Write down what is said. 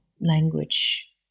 language